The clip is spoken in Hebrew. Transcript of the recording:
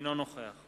אינו נוכח